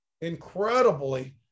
incredibly